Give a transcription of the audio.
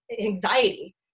anxiety